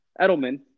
Edelman